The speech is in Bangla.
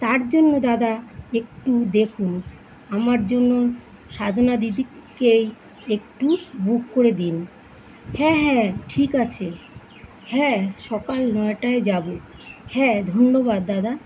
তার জন্য দাদা একটু দেখুন আমার জন্য সাধনা দিদিকেই একটু বুক করে দিন হ্যাঁ হ্যাঁ ঠিক আছে হ্যাঁ সকাল নয়টায় যাবো হ্যাঁ ধন্যবাদ দাদা